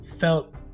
felt